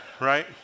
right